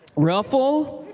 ruffle?